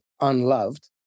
unloved